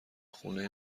خونه